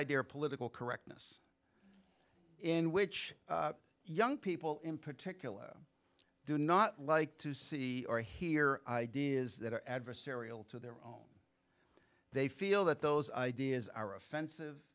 idea of political correctness in which young people in particular do not like to see or hear ideas that are adversarial to their own they feel that those ideas are offensive